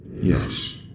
Yes